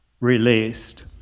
released